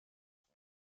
son